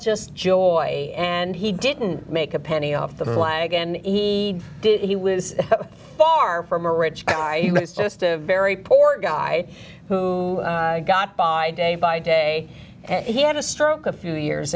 just joy and he didn't make a penny off the wagon he did he was far from a rich guy who was just a very poor guy who got by day by day and he had a stroke a few years